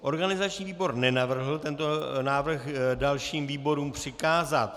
Organizační výbor nenavrhl tento návrh dalším výborům přikázat.